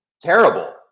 terrible